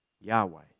Yahweh